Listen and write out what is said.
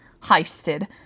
heisted